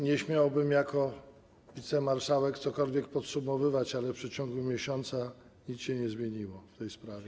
Nie śmiałbym jako wicemarszałek czegokolwiek podsumowywać, ale w przeciągu miesiąca nic się nie zmieniło w tej sprawie.